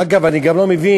אגב, אני גם לא מבין,